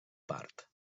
part